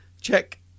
Check